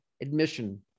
admission